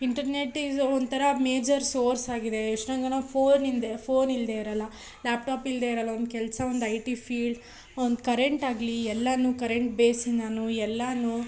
internet is ಒಂಥರ major source ಆಗಿದೆ ಎಷ್ಟೊಂದು ಜನ ಫೋನ್ ನಿಂದೆ ಫೋನ್ ಇಲ್ಲದೆ ಇರೋಲ್ಲ ಲ್ಯಾಪ್ಟಾಪ್ ಇಲ್ಲದೆ ಇರೋಲ್ಲ ಒಂದು ಕೆಲಸ ಒಂದು ಐ ಟಿ ಫೀಲ್ಡ್ ಒಂದು ಕರೆಂಟ್ ಆಗಲಿ ಎಲ್ಲಾನೂ ಕರೆಂಟ್ ಬೇಸಿಂದಾನೂ ಎಲ್ಲಾನೂ